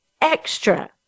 extra